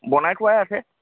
বনাই থোৱাই আছে